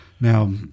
Now